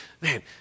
man